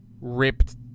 ripped